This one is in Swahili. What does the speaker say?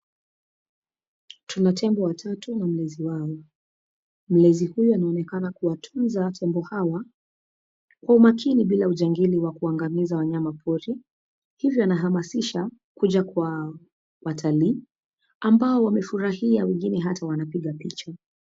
Tuna tembo watatu na mlezi wao. Mlezi huyo anaonekana kuwatunza tembo hawa kwa umakini bila ujangili wa kuangamiza wanyama pori, hivyo anahamasisha kuja kwa watalii ambao wamefurahia wengine hata wanapiga picha.